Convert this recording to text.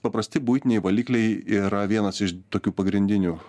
paprasti buitiniai valikliai yra vienas iš tokių pagrindinių